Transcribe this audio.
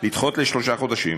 לדחות בשלושה חודשים,